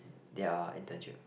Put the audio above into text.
their internship